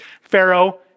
Pharaoh